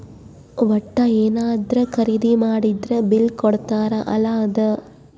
ವಟ್ಟ ಯೆನದ್ರ ಖರೀದಿ ಮಾಡಿದ್ರ ಬಿಲ್ ಕೋಡ್ತಾರ ಅಲ ಅದ